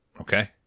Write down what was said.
Okay